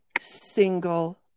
single